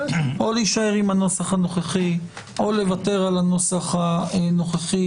או להישאר עם הנוסח הנוכחי; או לוותר על הנוסח הנוכחי,